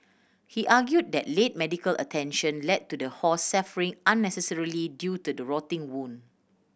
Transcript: he argued that late medical attention led to the horse suffering unnecessarily due to the rotting wound